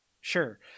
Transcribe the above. sure